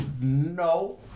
No